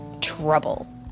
trouble